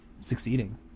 succeeding